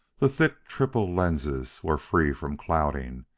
the thick triple lenses were free from clouding,